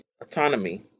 autonomy